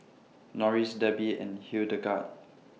Norris Debbi and Hildegard